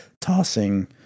tossing